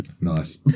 Nice